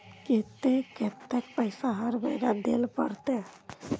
केते कतेक पैसा हर महीना देल पड़ते?